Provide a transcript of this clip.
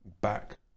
back